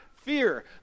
Fear